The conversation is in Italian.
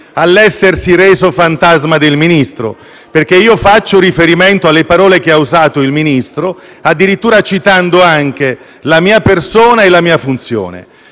al Ministro resosi fantasma, perché io faccio riferimento alle parole che ha usato il Ministro, addirittura citando la mia persona e la mia funzione.